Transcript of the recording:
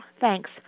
Thanks